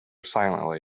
silently